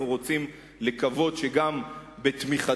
אנחנו רוצים לקוות שגם בתמיכתכם,